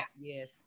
yes